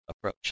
approach